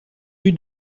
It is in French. rue